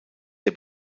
der